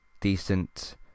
decent